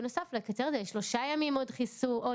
נוסף לקצר את זה לשלושה ימים עוד בדיקה.